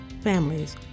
families